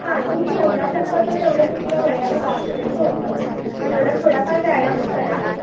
हां तुम्ही योगा करता तर तेवढं तुमच्या वयाला बा पुरेचं होतं तेवढं थोडाफार व्यायाम करा